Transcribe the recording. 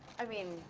i mean,